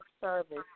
service